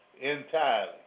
entirely